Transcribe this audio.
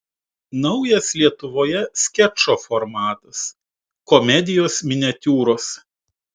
naujas lietuvoje skečo formatas komedijos miniatiūros